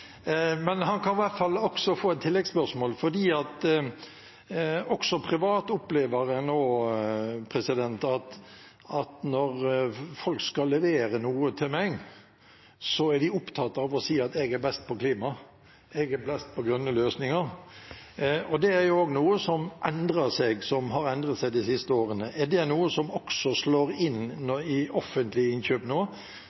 Han kan i hvert fall få et tilleggsspørsmål. Også privat opplever jeg nå at når folk skal levere noe til meg, er de opptatt av å si at de er best på klima, de er best på grønne løsninger. Det er også noe som har endret seg de siste årene. Er det noe som også slår inn i offentlige innkjøp nå,